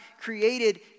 created